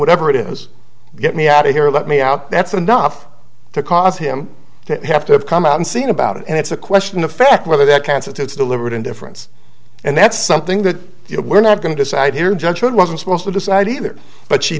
whatever it is get me out here let me out that's enough to cause him to have to come out and see about it and it's a question of fact whether that constitutes deliberate indifference and that's something that you know we're not going to decide here judge should wasn't supposed to decide either but she